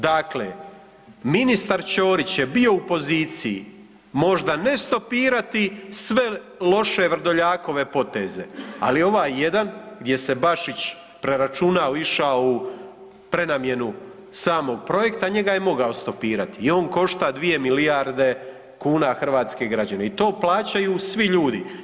Dakle, ministar Ćorić je bio u poziciji možda ne stopirati sve loše Vrdoljakove poteze, ali ovaj jedan gdje se Bašić preračunao, išao u prenamjenu samog projekta njega je mogao stopirati i on košta 2 milijarde kuna hrvatske građane i to plaćaju svi ljudi.